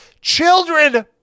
children